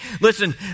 listen